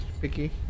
picky